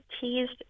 teased